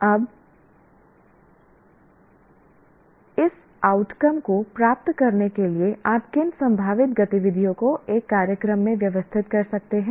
और इस आउटकम को प्राप्त करने के लिए आप किन संभावित गतिविधियों को एक कार्यक्रम में व्यवस्थित कर सकते हैं